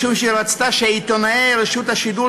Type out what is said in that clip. משום שהיא רצתה שעיתונאי רשות השידור